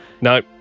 No